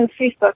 Facebook